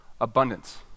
Abundance